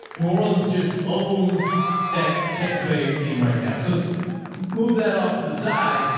new orleans just owns that tampa bay team right now. so move that off to the side.